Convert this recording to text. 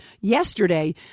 yesterday